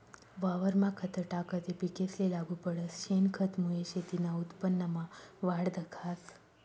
वावरमा खत टाकं ते पिकेसले लागू पडस, शेनखतमुये शेतीना उत्पन्नमा वाढ दखास